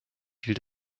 hielt